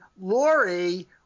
Lori